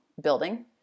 building